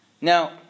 Now